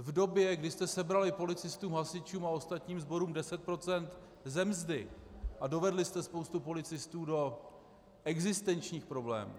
V době, kdy jste sebrali policistům, hasičům a ostatním sborům 10 % ze mzdy a dovedli jste spoustu policistů do existenčních problémů.